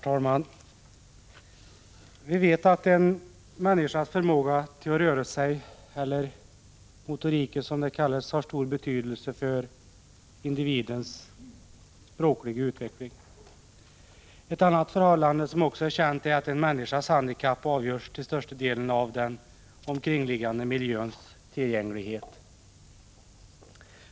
Herr talman! Vi vet att en människas rörelseförmåga — eller motorik, som det kallas — har stor betydelse för individens språkliga utveckling. Ett annat förhållande som också är känt är att svårighetsgraden av en människas handikapp till största delen beror på den omkringliggande miljöns tillgänglighet.